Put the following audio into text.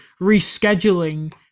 rescheduling